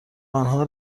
آنها